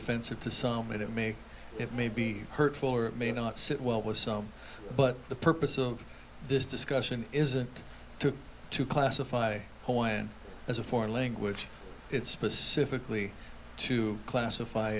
offensive to some it may it may be hurtful or it may not sit well with some but the purpose of this discussion isn't to to classify hawaiian as a foreign language it's specifically to classify